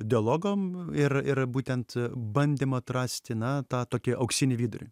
dialogam ir ir būtent bandėm atrasti na tą tokį auksinį vidurį